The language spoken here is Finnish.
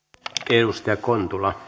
edustaja kontula